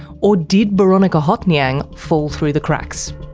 or did boronika hothnyang fall through the cracks?